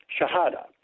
Shahada